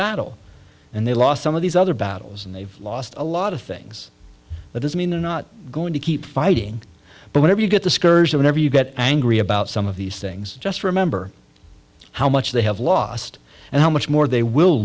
battle and they lost some of these other battles and they've lost a lot of things that is i mean they're not going to keep fighting but whenever you get the scourge of never you get angry about some of these things just remember how much they have lost and how much more they will